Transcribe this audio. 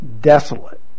desolate